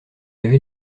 lavé